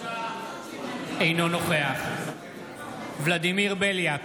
אינו נוכח ולדימיר בליאק,